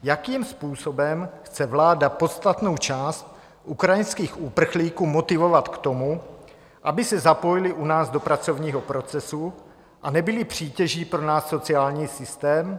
Jakým způsobem chce vláda podstatnou část ukrajinských uprchlíků motivovat k tomu, aby se zapojili u nás do pracovního procesu a nebyli přítěží pro náš sociální systém?